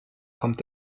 kommt